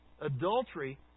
Adultery